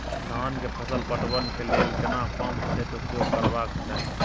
धान के फसल पटवन के लेल केना पंप सेट उपयोग करबाक चाही?